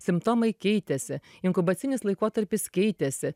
simptomai keitėsi inkubacinis laikotarpis keitėsi